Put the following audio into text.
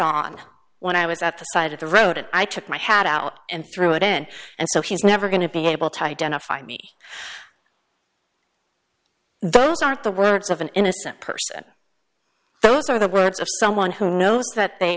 on when i was at the side of the road and i took my had out and threw it in and so he's never going to be able to identify me those aren't the words of an innocent person those are the words of someone who knows that they